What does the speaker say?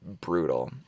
brutal